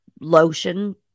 lotion